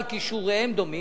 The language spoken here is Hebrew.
אבל כישוריהם דומים,